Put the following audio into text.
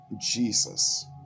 Jesus